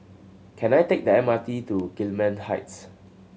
can I take the M R T to Gillman Heights